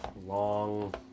long